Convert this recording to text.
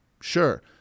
Sure